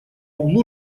углу